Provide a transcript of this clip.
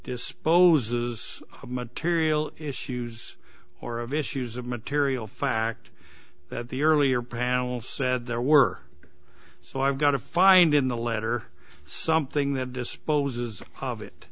disposes of material issues or of issues of material fact that the earlier powell said there were so i've got to find in the letter something that disposes of it